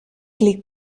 liegt